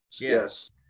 Yes